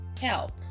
help